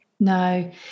No